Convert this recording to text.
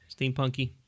Steampunky